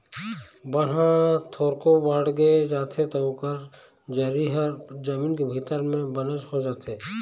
बन ह थोरको बाड़गे जाथे त ओकर जरी ह जमीन के भीतरी म बनेच हो जाथे